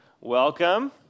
welcome